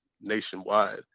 nationwide